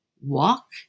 walk